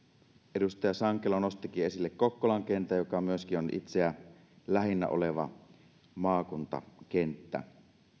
edustaja sankelo nostikin esille kokkolan kentän joka on myöskin itseäni lähinnä oleva maakuntakenttä